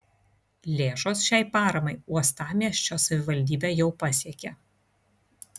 lėšos šiai paramai uostamiesčio savivaldybę jau pasiekė